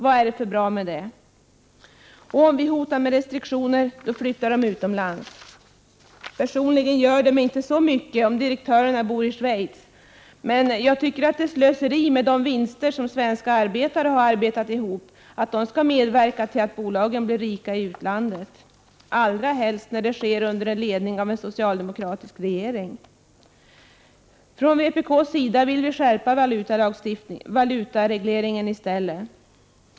Vad är det för bra med det? Och om vi hotar med restriktioner flyttar kapitalet utomlands. Personligen gör det mig inte så mycket om direktörerna bor i Schweiz, men jag tycker att det är slöseri att de vinster som svenska arbetare arbetat ihop skall medverka till att bolagen blir rika i utlandet, allra helst när det sker under ledning av en socialdemokratisk regering. Vi i vpk vill i stället skärpa valutaregleringen.